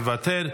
מוותר.